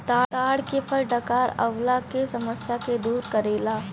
ताड़ के फल डकार अवला के समस्या के दूर करेला